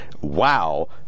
wow